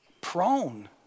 prone